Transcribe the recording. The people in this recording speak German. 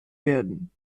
werden